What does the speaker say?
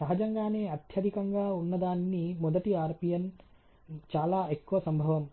సహజంగానే అత్యధికంగా ఉన్నదానిని మొదటి RPN చాలా ఎక్కువ సంభవం